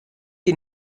die